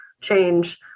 change